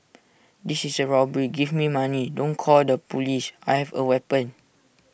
this is A robbery give me money don't call the Police I have A weapon